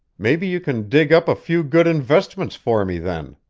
maybe you can dig up a few good investments for me, then,